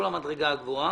לא למדרגה הגבוהה.